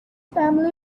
family